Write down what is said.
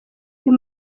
you